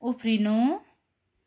उफ्रिनु